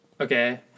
Okay